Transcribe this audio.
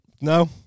No